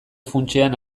funtsean